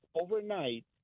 overnight